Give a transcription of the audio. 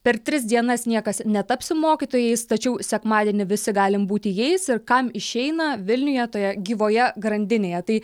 per tris dienas niekas netaps mokytojais tačiau sekmadienį visi galime būti jais ir kam išeina vilniuje toje gyvoje grandinėje tai